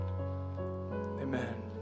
Amen